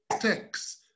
text